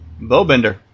Bowbender